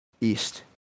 east